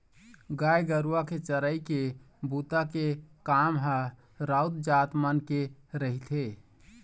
गाय गरुवा के चरई के बूता के काम ह राउत जात मन के रहिथे